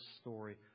story